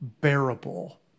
bearable